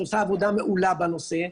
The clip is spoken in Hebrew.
שעושה עבודה מעולה בנושא,